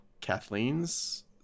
Kathleen's